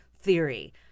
theory